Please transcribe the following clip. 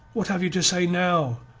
what have you to say now?